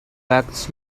wax